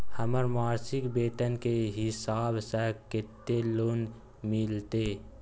हमर मासिक वेतन के हिसाब स कत्ते लोन मिलते?